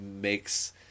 makes